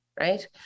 right